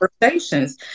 conversations